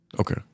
Okay